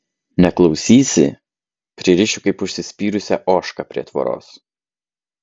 neklausysi pririšiu kaip užsispyrusią ožką prie tvoros